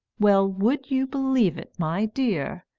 well, would you believe it, my dear!